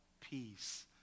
peace